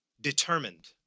determined